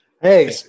Hey